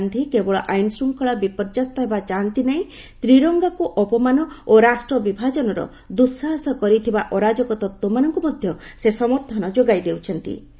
ଶ୍ରୀ ଗାନ୍ଧୀ କେବଳ ଆଇନଶୃଙ୍ଖଳା ବିପର୍ଯ୍ୟସ୍ତ ହେବା ଚାହାନ୍ତି ନାହିଁ ତ୍ରିରଙ୍ଗାକୁ ଅପମାନ ଓ ରାଷ୍ଟ୍ର ବିଭାଜନର ଦୁଃସାହସ କରିଥିବା ଅରାଜକ ତତ୍ତ୍ୱମାନଙ୍କୁ ମଧ୍ୟ ସେ ସମର୍ଥନ ଯୋଗାଇ ଦେଉଛନ୍ତି